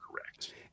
correct